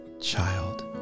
child